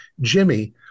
Jimmy